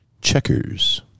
checkers